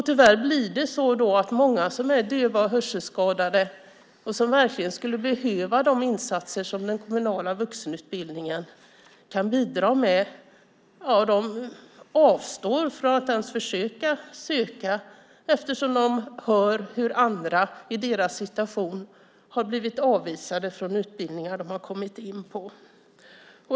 Tyvärr blir det så att många som är döva och hörselskadade och verkligen skulle behöva de insatser som den kommunala vuxenutbildningen kan bidra med avstår från att ens försöka söka eftersom de hör hur andra i deras situation har blivit avvisade från utbildningar de har kommit in på.